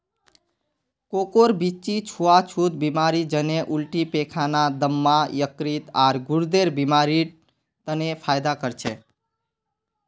कोकोर बीच्ची छुआ छुत बीमारी जन्हे उल्टी पैखाना, दम्मा, यकृत, आर गुर्देर बीमारिड तने फयदा कर छे